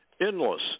endless